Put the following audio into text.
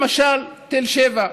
למשל בתל שבע,